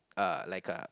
uh like a